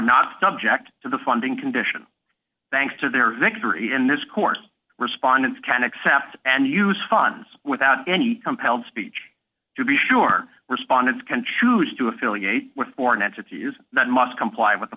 not subject to the funding condition thanks to their victory in this course respondents can accept and use funds without any compelled speech to be sure respondents can choose to affiliate with foreign entities that must comply with the